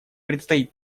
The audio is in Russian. предстоит